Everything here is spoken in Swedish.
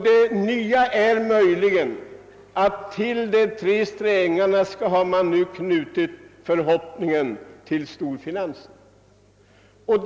Det nya är kanske att man till de tre strängarna nu har knutit förhoppningen om storfinansens stöd.